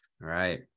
Right